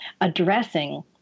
addressing